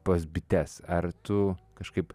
pas bites ar tu kažkaip